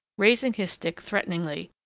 raising his stick threateningly.